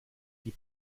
die